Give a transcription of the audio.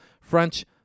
French